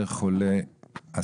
הנוספות".